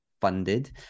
funded